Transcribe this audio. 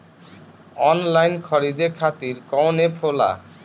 Online खरीदे खातीर कौन एप होला?